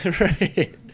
right